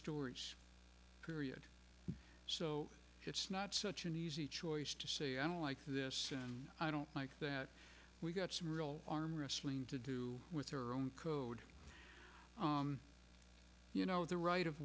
stories period so it's not such an easy choice to say i don't like this and i don't like that we've got some real arm wrestling to do with her own code you know the right of